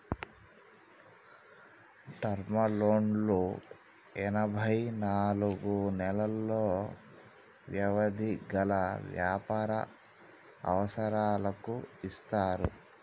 term లోన్లు ఎనభై నాలుగు నెలలు వ్యవధి గల వ్యాపార అవసరాలకు ఇస్తారు